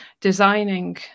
designing